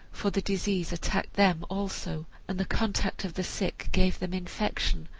for the disease attacked them also, and the contact of the sick gave them infection,